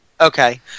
Okay